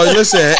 listen